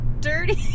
dirty